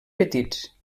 petits